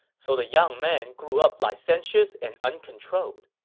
so the young man grew up licentious and uncontrolled.